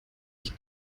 ich